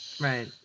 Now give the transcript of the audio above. right